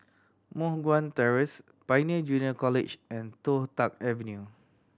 Moh Guan Terrace Pioneer Junior College and Toh Tuck Avenue